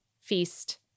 feast